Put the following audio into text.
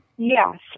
Yes